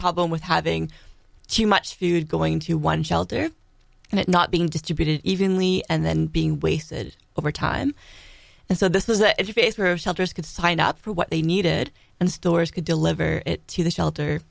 problem with having to much food going to one shelter and it not being distributed evenly and then being wasted over time and so this is that if you face her shelters could sign up for what they needed and stores could deliver it to the shelter